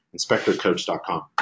inspectorcoach.com